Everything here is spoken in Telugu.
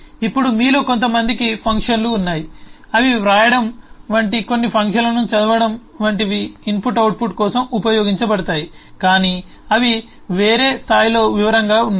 ఇప్పుడు మీలో కొంతమందికి ఫంక్షన్లు ఉన్నాయి అవి వ్రాయడం వంటి కొన్ని ఫంక్షన్లను చదవడం వంటివి ఇన్పుట్ అవుట్పుట్ కోసం కూడా ఉపయోగించబడతాయి కానీ అవి వేరే స్థాయిలో వివరంగా ఉన్నాయి